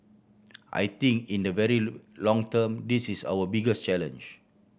I think in the very long term this is our biggest challenge